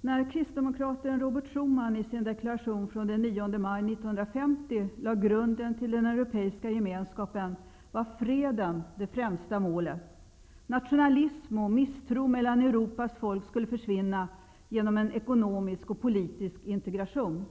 När kristdemokraten Robert Schuman i sin deklaration från den 9 maj 1950 lade grunden till den europeiska gemenskapen var freden det främsta målet. Nationalism och misstro mellan Europas folk skulle försvinna genom en ekonomisk och politisk integration.